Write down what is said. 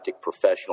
professional